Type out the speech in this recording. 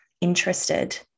interested